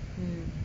hmm